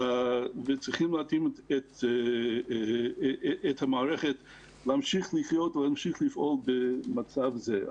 וצריכים להתאים את המערכת להמשיך לחיות ולהמשיך לפעול במצב זה.